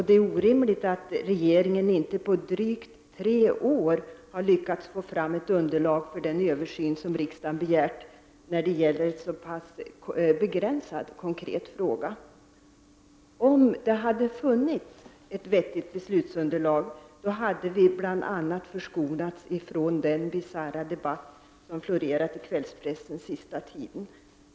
Det är orimligt att regeringen inte på drygt tre år har lyckats få fram ett underlag för den översyn som riksdagen har begärt, när det gäller en så pass begränsad konkret fråga. Om det hade funnits ett vettigt beslutsunderlag hade vi bl.a. förskonats ifrån den bisarra debatt som har florerat i kvällspressen under den senaste tiden.